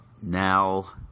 now